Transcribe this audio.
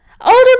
Older